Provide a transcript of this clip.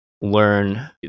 learn